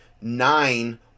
nine